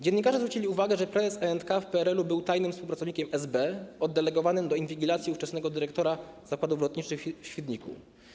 Dziennikarze zwrócili uwagę, że prezes E&K w PRL-u był tajnym współpracownikiem SB, oddelegowanym do inwigilacji ówczesnego dyrektora Zakładów Lotniczych w Świdniku.